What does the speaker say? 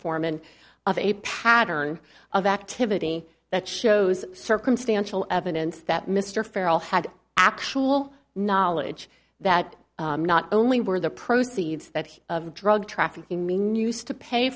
foreman of a pattern of activity that shows circumstantial evidence that mr farrel had actual knowledge that not only were the proceeds that he of drug trafficking mean used to pay